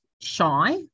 shy